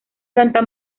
santa